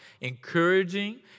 encouraging